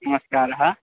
नमस्कारः